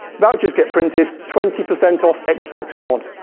vouchers get printed, twenty percent off xbox one.